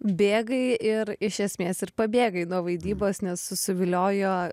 bėgai ir iš esmės ir pabėgai nuo vaidybos nes susiviliojo